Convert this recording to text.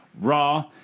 Raw